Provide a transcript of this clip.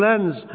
lens